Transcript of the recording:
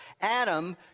Adam